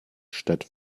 statt